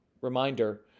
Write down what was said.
reminder